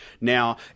Now